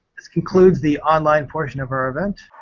this concludes the online portion of our event.